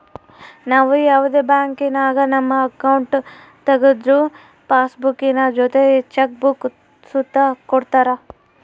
ನಾವು ಯಾವುದೇ ಬ್ಯಾಂಕಿನಾಗ ನಮ್ಮ ಅಕೌಂಟ್ ತಗುದ್ರು ಪಾಸ್ಬುಕ್ಕಿನ ಜೊತೆ ಚೆಕ್ ಬುಕ್ಕ ಸುತ ಕೊಡ್ತರ